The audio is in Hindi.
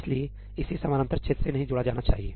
इसीलिए इसे समानांतर क्षेत्र से नहीं जोड़ा जाना चाहिए